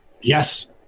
Yes